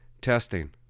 Testing